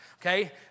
okay